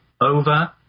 over